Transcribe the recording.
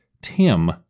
Tim